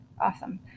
awesome